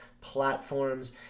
platforms